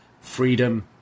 freedom